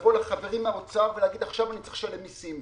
לבוא לחברים מהאוצר ולהגיד: עכשיו אני צריך לשלם מיסים,